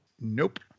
Nope